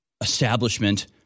establishment